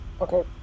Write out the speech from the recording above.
okay